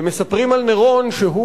מספרים על נירון שהוא,